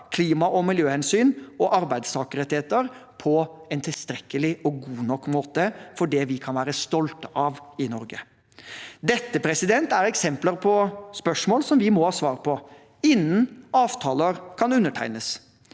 klima- og miljøhensyn og arbeidstakerrettigheter på en tilstrekkelig og god nok måte for det vi kan være stolte av i Norge? Dette er eksempler på spørsmål vi må ha svar på innen avtaler kan undertegnes.